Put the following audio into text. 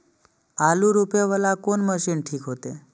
आलू रोपे वाला कोन मशीन ठीक होते?